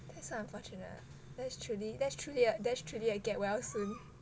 that's so unfortunate that's truly that's truly that's truly a get well soon